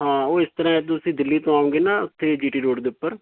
ਹਾਂ ਉਹ ਇਸ ਤਰ੍ਹਾਂ ਤੁਸੀਂ ਦਿੱਲੀ ਤੋਂ ਆਊਂਗੇ ਨਾ ਉੱਥੇ ਜੀਟੀ ਰੋਡ ਦੇ ਉੱਪਰ